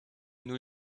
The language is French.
new